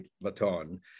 baton